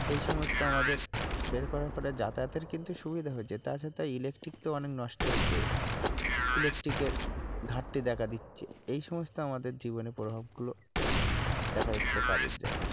এই সমস্ত আমাদের বের করার ফলে যাতায়াতের কিন্তু সুবিধা হয়েছে তা ছাড়া তো ইলেক্ট্রিক তো অনেক নষ্ট হয়েছে ইলেকট্রিকের ঘাটতি দেখা দিচ্ছে এই সমস্ত আমাদের জীবনে প্রভাবগুলো দেখা যাচ্ছে কাজের জায়গাতে